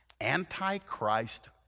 anti-Christ